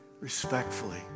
respectfully